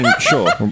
sure